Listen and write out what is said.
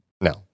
No